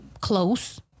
close